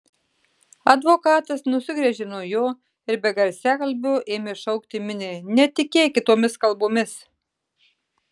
advokatas nusigręžė nuo jo ir be garsiakalbio ėmė šaukti miniai netikėkit tomis kalbomis